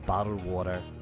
bottled water,